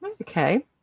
Okay